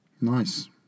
Nice